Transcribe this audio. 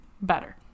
better